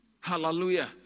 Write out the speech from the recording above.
Hallelujah